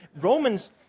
Romans